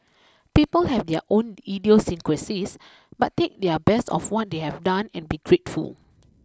people have their own idiosyncrasies but take their best of what they have done and be grateful